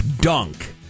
dunk